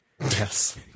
Yes